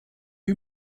you